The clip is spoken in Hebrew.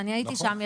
כשאני הייתי שם,